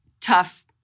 tough